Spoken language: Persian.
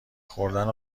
خوردن